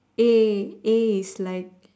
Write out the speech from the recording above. A A is like